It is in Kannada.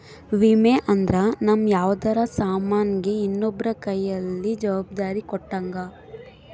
ವಿಮೆ ಅಂದ್ರ ನಮ್ ಯಾವ್ದರ ಸಾಮನ್ ಗೆ ಇನ್ನೊಬ್ರ ಕೈಯಲ್ಲಿ ಜವಾಬ್ದಾರಿ ಕೊಟ್ಟಂಗ